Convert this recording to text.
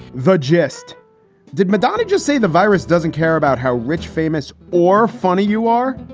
the gist did madonna just say the virus doesn't care about how rich, famous or funny you are?